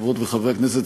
חברות וחברי הכנסת,